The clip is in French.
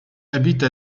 habite